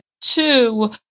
two